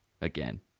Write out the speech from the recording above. again